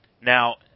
Now